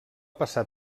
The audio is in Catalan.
passar